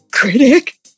Critic